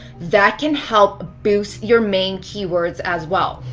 that can help boost your main keywords as well.